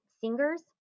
singers